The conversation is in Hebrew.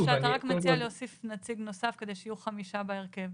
שאתה רק מציע להוסיף נציג נוסף כדי שיהיו חמישה בהרכב?